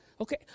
okay